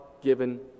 given